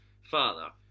father